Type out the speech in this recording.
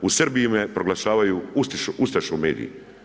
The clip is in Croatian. U Srbiji me proglašavaju ustašom mediji.